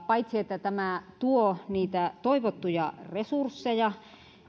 paitsi että tämä tuo niitä toivottuja resursseja